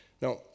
Now